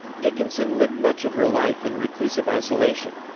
dickinson lived much of her life in reclusive isolation.